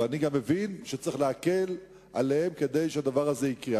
ואני גם מבין שצריך להקל עליהם כדי שהדבר הזה יקרה.